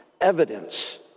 evidence